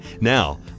Now